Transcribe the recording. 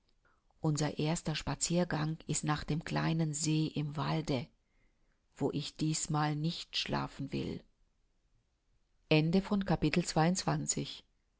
unser erster spaziergang ist nach dem kleinen see im walde wo ich dießmal nicht schlafen will dreiundzwanzigstes capitel